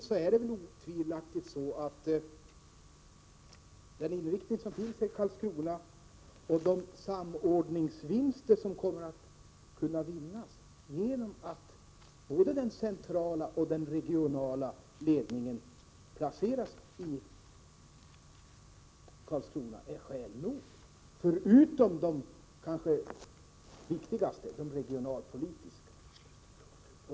För det andra vill jag säga att de samordningsvinster som kommer att kunna göras genom att både den centrala och den regionala ledningen placeras i Karlskrona är skäl nog — förutom de kanske viktigaste, de regionalpolitiska.